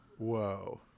Whoa